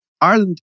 Ireland